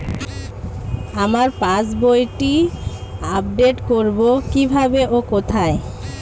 আমার পাস বইটি আপ্ডেট কোরবো কীভাবে ও কোথায়?